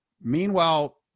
Meanwhile